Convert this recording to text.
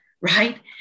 right